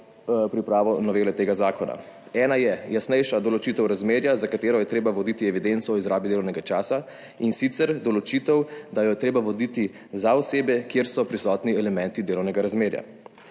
pripravo novele tega zakona. Ena je jasnejša določitev razmerja, za katero je treba voditi evidenco o izrabi delovnega časa, in sicer določitev, da jo je treba voditi za osebe, kjer so prisotni elementi delovnega razmerja.